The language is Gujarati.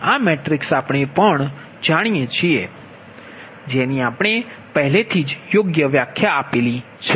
આ મેટ્રિક્સ આપણે પણ જાણીએ છીએ જેની આપણે પહેલેથી જ યોગ્ય વ્યાખ્યા આપેલી છે